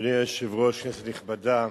אדוני היושב-ראש, כנסת נכבדה,